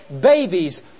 babies